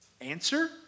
Answer